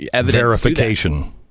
verification